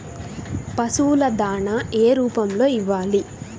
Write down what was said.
పశువుల దాణా ఏ రూపంలో ఇవ్వాలి?